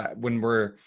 when we're,